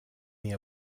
the